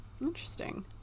interesting